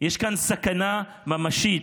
יש כאן סכנה ממשית,